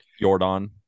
Jordan